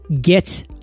get